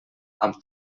amb